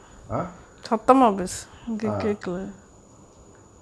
ah err